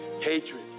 Hatred